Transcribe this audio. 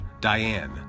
Diane